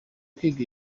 kwiga